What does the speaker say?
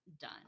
done